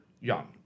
young